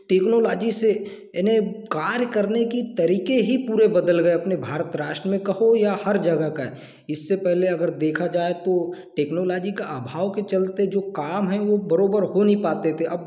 technology से एने कार्य करने की तरीके ही पूरे बदल गए अपने भारत राष्ट्र में कहो या हर जगह का है इससे पहले अगर देखा जाए तो टेक्नोलाजी का अभाव के चलते जो काम हैं वो बराबर हो नहीं पाते थे अब